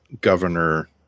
Governor